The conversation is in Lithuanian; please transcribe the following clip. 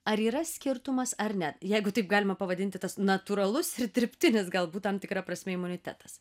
ar yra skirtumas ar ne jeigu taip galima pavadinti tas natūralus ir dirbtinis galbūt tam tikra prasme imunitetas